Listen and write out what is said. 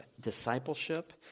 discipleship